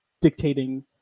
dictating